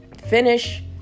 finish